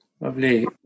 Lovely